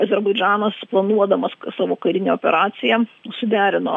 azerbaidžanas planuodamas savo karinę operaciją suderino